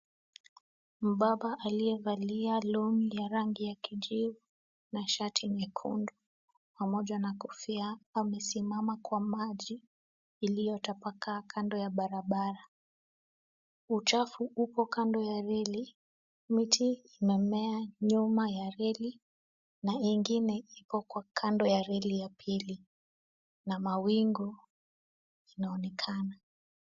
Mbaba aliyevalia longi ya rangi ya kijivu na shati nyekundu pamoja na kofia amesimama kwa maji iliyotapakaa kando ya barabara. Uchafu upo kando ya reli, miti imemea nyuma ya reli na ingine ipo kwa kando ya reli ya pili. Na mawingu inaonekana.